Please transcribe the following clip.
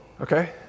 okay